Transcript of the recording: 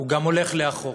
הוא גם הולך לאחור,